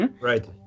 right